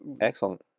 Excellent